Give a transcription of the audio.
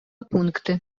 пункти